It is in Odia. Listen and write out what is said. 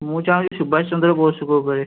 ମୁଁ ଚାହୁଁଛି ସୁବାଶଚନ୍ଦ୍ର ବୋଷଙ୍କ ଉପରେ